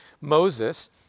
Moses